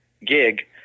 gig